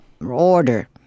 order